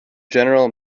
general